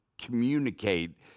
communicate